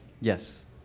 Yes